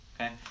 okay